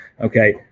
Okay